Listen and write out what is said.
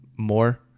more